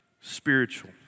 spiritual